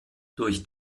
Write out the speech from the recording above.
durch